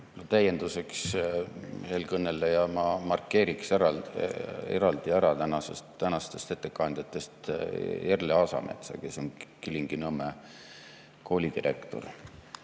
Täienduseks eelkõnelejale ma markeeriksin eraldi ära tänastest ettekandjatest Erli Aasametsa, kes on Kilingi-Nõmme kooli direktor.